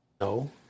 No